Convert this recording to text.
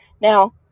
Now